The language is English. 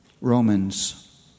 Romans